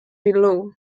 below